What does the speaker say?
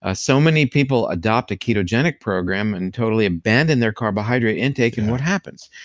ah so many people adopt a ketogenic program and totally abandon their carbohydrate intake and what happens?